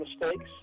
mistakes